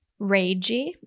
ragey